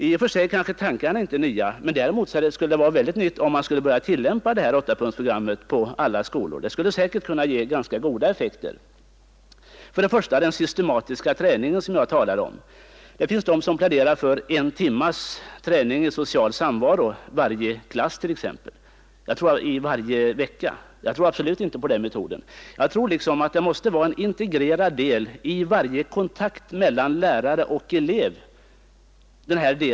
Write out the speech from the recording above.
I och för sig kanske tankarna inte är nya, men däremot skulle det vara nytt om man skulle börja tillämpa åttapunktsprogrammet i alla skolor. Det skulle kunna ge ganska goda effekter. Låt oss ta den systematiska träning som jag talar om. Det finns de som pläderar för en timmes träning i social samvaro i varje klass varje vecka. Jag tror absolut inte på den metoden. Jag tror att träning i samvaro måste vara en integrerad del i varje kontakt mellan lärare och elev.